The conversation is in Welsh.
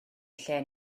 lle